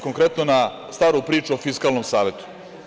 Konkretno mislim na staru priču o Fiskalnom savetu.